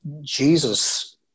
Jesus